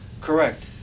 Correct